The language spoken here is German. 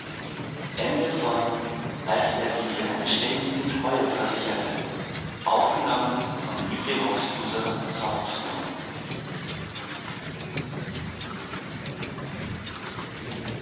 als er sie seiner beständigen treue versicherte